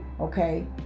Okay